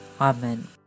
Amen